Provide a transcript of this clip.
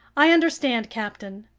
i understand, captain,